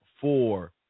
four